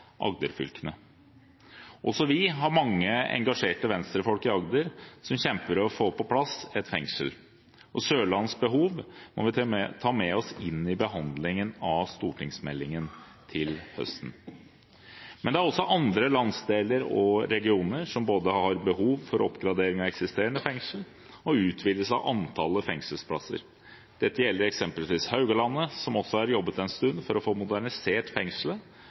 Også Venstre har mange engasjerte folk i Agder som kjemper for å få på plass et fengsel, og Sørlandets behov må vi ta med oss inn i behandlingen av stortingsmeldingen til høsten. Men det er også andre landsdeler og regioner som har behov for både oppgradering av eksisterende fengsler og utvidelse av antallet fengselsplasser. Dette gjelder eksempelvis Haugalandet, som også har jobbet en stund for å få modernisert fengselet